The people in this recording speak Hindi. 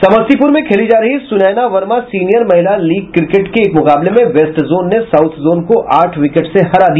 समस्तीपुर में खेली जा रही सुनैना वर्मा सीनियर महिला लीग क्रिकेट के एक मुकाबले में वेस्ट जोन ने साउथ जोन को आठ विकेट से हरा दिया